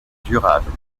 durable